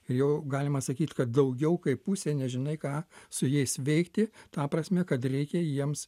ir jau galima sakyt kad daugiau kaip pusė nežinai ką su jais veikti ta prasme kad reikia jiems